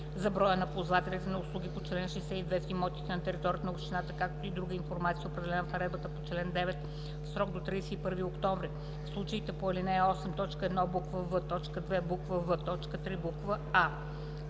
за броя на ползвателите на услугите по чл. 62 в имотите на територията на общината, както и на друга информация, определена в наредбата по чл. 9 в срок до 31 октомври, в случаите по ал. 8, т. 1, буква „в“, т. 2, буква